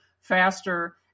faster